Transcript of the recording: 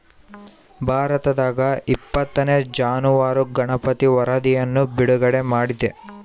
ಭಾರತದಾಗಇಪ್ಪತ್ತನೇ ಜಾನುವಾರು ಗಣತಿ ವರಧಿಯನ್ನು ಬಿಡುಗಡೆ ಮಾಡಿದೆ